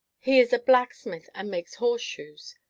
he is a blacksmith, and makes horseshoes!